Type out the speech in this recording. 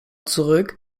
zurück